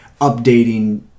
updating